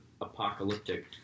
apocalyptic